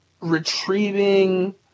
retrieving